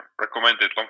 recommended